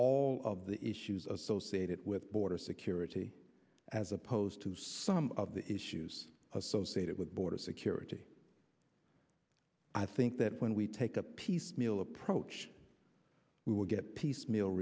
all of the issues associated with border security as opposed to some of the issues associated with border security i think that when we take a piecemeal approach we will get piecemeal